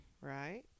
Right